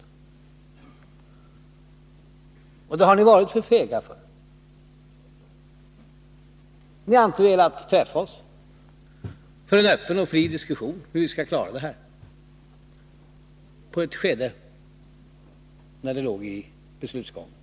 Och detta har ni varit för fega för. Ni har inte velat träffa oss för en öppen och fri diskussion om hur vi skall klara det här vid ett skede då ärendet låg i behandlingsgången.